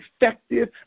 effective